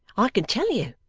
i can tell you